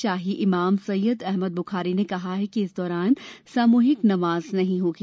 शाही इमाम सैय्यद अहमद बुखारी ने कहा कि इस दौरान सामुहिक नवाज नहीं होगी